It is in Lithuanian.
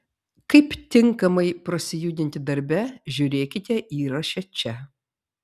kaip tinkamai prasijudinti darbe žiūrėkite įraše čia